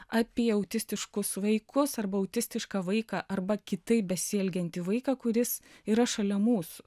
apie autistiškus vaikus arba autistišką vaiką arba kitaip besielgiantį vaiką kuris yra šalia mūsų